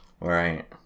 right